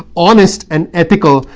honest and ethical.